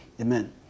Amen